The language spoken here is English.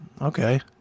Okay